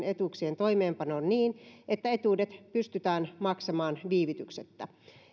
etuuksien toimeenpanon niin että etuudet pystytään maksamaan viivytyksettä